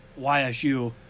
YSU